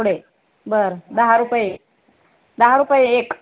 पुडे बरं दहा रुपये एक दहा रुपये एक